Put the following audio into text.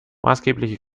maßgebliche